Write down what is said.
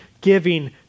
giving